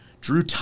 Drew